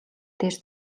дээр